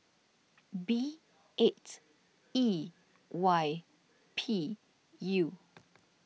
B eight E Y P U